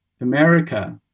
America